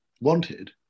Wanted